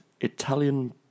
Italian